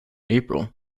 april